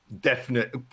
definite